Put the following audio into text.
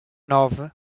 nove